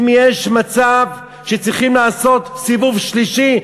אם יש מצב שצריכים לעשות סיבוב שלישי,